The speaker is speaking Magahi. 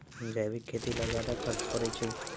जैविक खेती ला ज्यादा खर्च पड़छई?